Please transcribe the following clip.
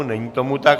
Není tomu tak.